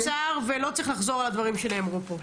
קצר, ולא צריך לחזור על הדברים שנאמרו פה.